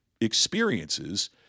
experiences